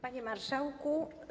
Panie Marszałku!